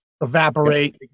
evaporate